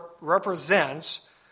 represents